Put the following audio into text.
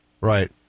Right